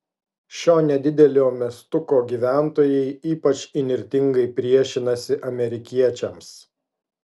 šio nedidelio miestuko gyventojai ypač įnirtingai priešinasi amerikiečiams